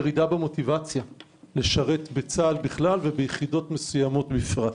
ניכרת ירידה במוטיבציה לשרת בצה"ל בכלל וביחידות מסוימות בפרט.